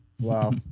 Wow